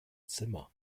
zimmer